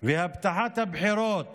והבטחת הבחירות